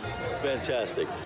Fantastic